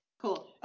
Cool